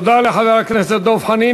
תודה לחבר הכנסת דב חנין.